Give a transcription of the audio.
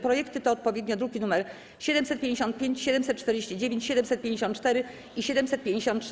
Projekty to odpowiednio druki nr 755, 749, 754 i 753.